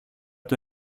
του